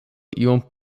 iom